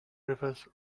rivers